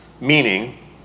meaning